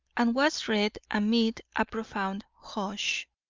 and was read amid a profound hush.